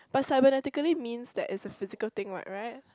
but cybernatically means that it's a physical thing what right